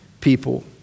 people